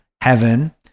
heaven